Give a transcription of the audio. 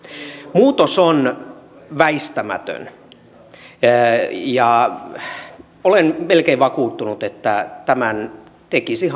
muutos on väistämätön olen melkein vakuuttunut että hallitus tekisi